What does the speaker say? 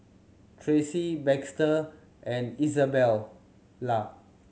Tracie Baxter and Izabella